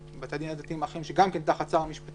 מבתי הדין האחרים שהם גם כן תחת שר המשפטים,